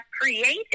created